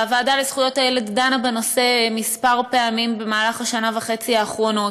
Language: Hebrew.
הוועדה לזכויות הילד דנה בנושא כמה פעמים במהלך השנה וחצי האחרונה,